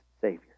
Savior